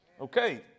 Okay